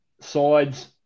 sides